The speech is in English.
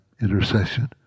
intercession